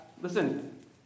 listen